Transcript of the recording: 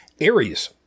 Aries